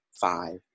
five